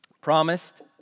Promised